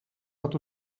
pot